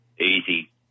Easy